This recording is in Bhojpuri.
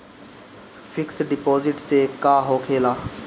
फिक्स डिपाँजिट से का होखे ला?